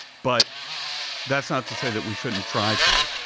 but that's not to say that we shouldn't try to,